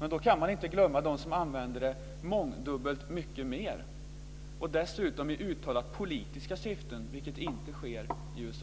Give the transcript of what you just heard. Men då kan man inte glömma dem som använder det mångdubbelt mer, och dessutom i uttalat politiska syften, vilket inte sker i USA.